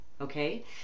okay